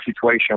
situation